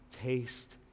taste